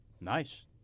Nice